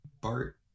Bart